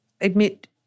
admit